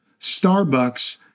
Starbucks